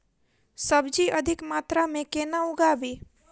सब्जी अधिक मात्रा मे केना उगाबी?